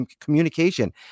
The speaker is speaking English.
communication